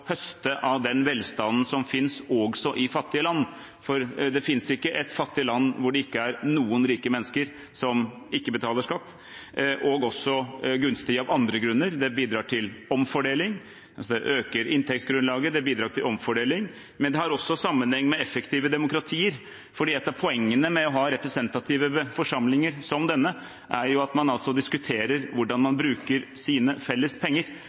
høste av den velstanden som finnes også i fattige land – for det finnes ikke et fattig land hvor det ikke er noen rike mennesker som ikke betaler skatt – og det er gunstig også av andre grunner. Det øker inntektsgrunnlaget, og det bidrar til omfordeling. Men det har også sammenheng med effektive demokratier. Et av poengene med å ha representative forsamlinger som denne er jo at man diskuterer hvordan man bruker sine felles penger,